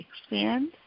expand